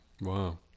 Wow